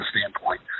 standpoint